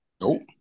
Nope